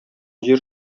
җир